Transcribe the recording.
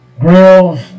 grills